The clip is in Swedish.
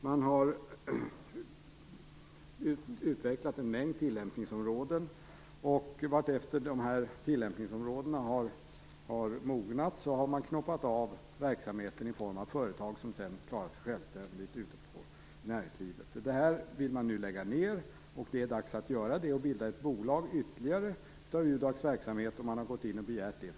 Man har utvecklat en mängd tillämpningsområden, och vartefter dessa tillämpningsområden har mognat har man knoppat av verksamheten i form av företag, som sedan klarar sig självständigt ute i näringslivet. Det här vill man nu lägga ned, och det är dags att göra det och bilda ytterligare ett bolag av UDAC:s verksamhet. UDAC har begärt det.